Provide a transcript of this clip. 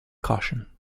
caution